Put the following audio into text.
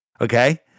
okay